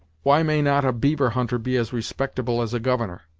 why may not a beaver-hunter be as respectable as a governor?